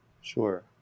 Sure